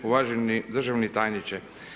Uvaženi državni tajniče.